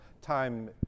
time